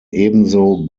ebenso